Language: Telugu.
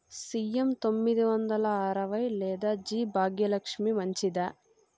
సి.ఎం తొమ్మిది వందల అరవై లేదా జి భాగ్యలక్ష్మి మంచిదా?